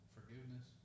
Forgiveness